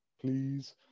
please